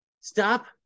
Stop